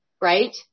right